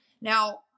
Now